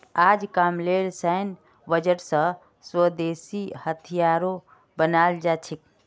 अजकामलेर सैन्य बजट स स्वदेशी हथियारो बनाल जा छेक